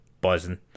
buzzing